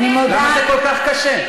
למה זה כל כך קשה?